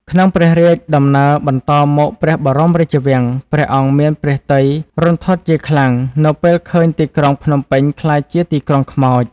ក្នុងព្រះរាជដំណើរបន្តមកព្រះបរមរាជវាំង ព្រះអង្គមានព្រះទ័យរន្ធត់ជាខ្លាំងនៅពេលឃើញទីក្រុងភ្នំពេញក្លាយជា «ទីក្រុងខ្មោច»។